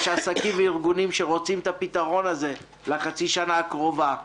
יש עסקים וארגונים שרוצים את הפתרון הזה לחצי השנה הקרובה.